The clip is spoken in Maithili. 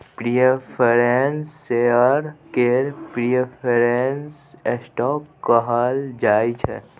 प्रिफरेंस शेयर केँ प्रिफरेंस स्टॉक कहल जाइ छै